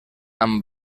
amb